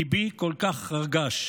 ליבי כל כך רגש.